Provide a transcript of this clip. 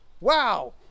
Wow